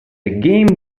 game